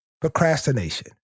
Procrastination